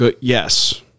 Yes